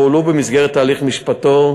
והועלו במסגרת תהליך משפטו,